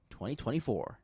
2024